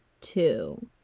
two